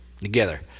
together